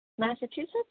Massachusetts